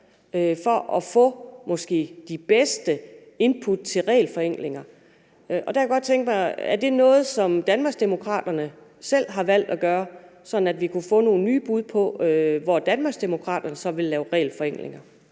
for måske at få de bedste input til regelforenklinger. Der kunne jeg godt tænke mig at høre, om det er noget, som Danmarksdemokraterne selv har valgt at gøre, sådan at vi kunne få nogle nye bud på, hvor Danmarksdemokraterne så vil lave regelforenklinger.